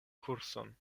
kurson